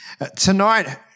Tonight